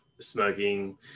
smoking